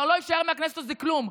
כבר לא יישאר מהכנסת הזו כלום.